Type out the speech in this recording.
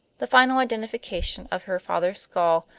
the final identification of her father's skull,